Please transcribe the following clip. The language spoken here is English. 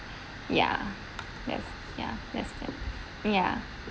ya yes ya yes yes ya